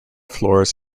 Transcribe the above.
floors